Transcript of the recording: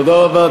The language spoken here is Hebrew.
תודה רבה.